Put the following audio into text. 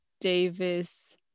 davis